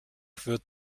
wird